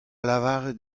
lavaret